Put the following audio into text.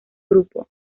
grupo